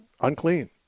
unclean